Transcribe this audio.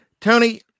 Tony